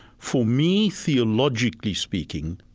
for me, theologically speaking,